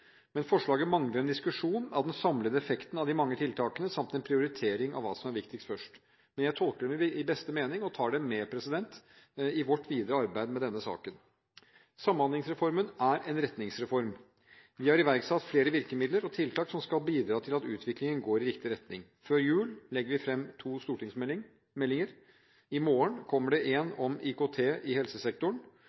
men forslaget mangler en diskusjon av den samlede effekten av de mange tiltakene, samt en prioritering av hva som er viktigst først. Men jeg tolker det i beste mening og tar det med i vårt videre arbeid med denne saken. Samhandlingsreformen er en retningsreform. Vi har iverksatt flere virkemidler og tiltak som skal bidra til at utviklingen går i riktig retning. Før jul legger vi fram to stortingsmeldinger. I morgen kommer det en om IKT i helsesektoren,